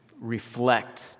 reflect